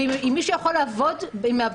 ואם מישהו יכול לעבוד מהבית,